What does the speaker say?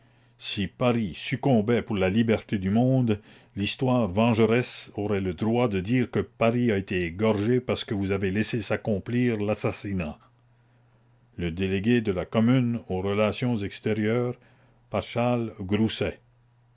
si paris succombait pour la liberté du monde l'histoire vengeresse aurait le droit de dire que paris a été égorgé parce que vous avez laissé s'accomplir l'assassinat le délégué de la commune aux relations extérieures paschal grousset